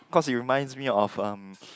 cause you reminds me of um